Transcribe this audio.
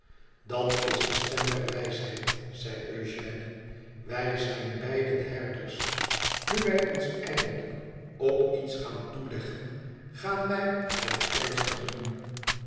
dat is de stem der wijsheid zei eugène wij zijn beiden herders nu wij ons eindelijk op iets gaan toeleggen gaan wij het ernstig doen